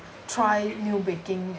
try new baking